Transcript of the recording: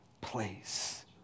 place